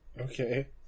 Okay